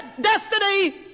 destiny